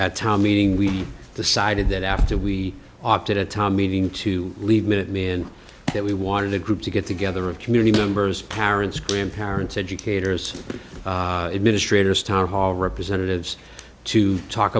at tom meeting we decided that after we opted at tom meeting to leave mit me and that we wanted a group to get together of community members parents grandparents educators administrators town hall representatives to talk